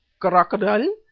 crocodile!